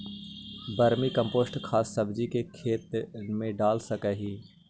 Vermi compost खाद सब्जी के खेत दाल सकली हे का?